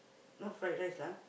not fried rice lah